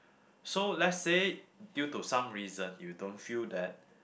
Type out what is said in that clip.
so let's say due to some reason you don't feel that